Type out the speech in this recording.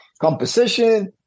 composition